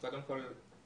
קודם כל יש